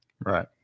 Right